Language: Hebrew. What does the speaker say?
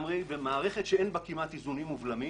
איך זה מתחבר לשבע שנים?